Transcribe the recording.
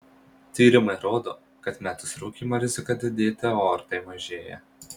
tyrimai rodo kad metus rūkymą rizika didėti aortai mažėja